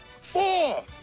Four